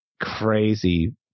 crazy